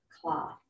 cloth